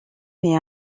mais